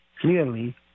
clearly